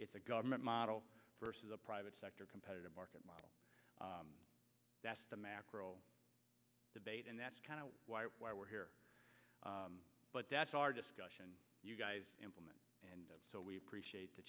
it's a government model versus a private sector competitive market model that's the macro debate and that's kind of why we're here but that's our discussion you guys implement and so we appreciate the